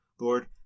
Lord